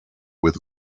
with